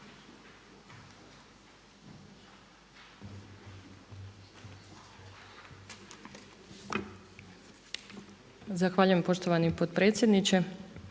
Zahvaljujem poštovani potpredsjedniče.